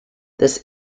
this